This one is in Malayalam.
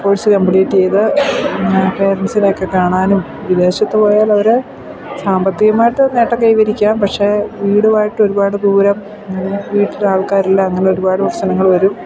കോഴ്സ് കംപ്ലീറ്റ് ചെയ്തു പിന്നെ പാരൻസിനെ ഒക്കെ കാണാനും വിദേശത്തു പോയാൽ അവർ സാമ്പത്തികമായിട്ട് നേട്ടം കൈവരിക്കാം പക്ഷെ വീടുമായിട്ട് ഒരുപാട് ദൂരം അങ്ങനെ വീട്ടിൽ ആൾക്കാരില്ല അങ്ങനെ ഒരുപാട് പ്രശ്നങ്ങൾ വരും